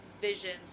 visions